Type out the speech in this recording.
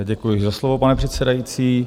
Děkuji za slovo, pane předsedající.